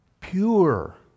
Pure